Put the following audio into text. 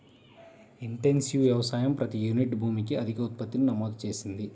intensive వ్యవసాయం ప్రతి unit భూమికి అధిక ఉత్పత్తిని నమోదు చేసింది